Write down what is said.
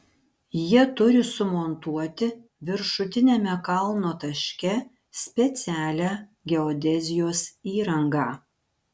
jie turi sumontuoti viršutiniame kalno taške specialią geodezijos įrangą